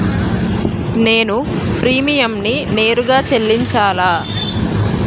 నేను ప్రీమియంని నేరుగా చెల్లించాలా?